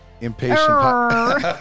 impatient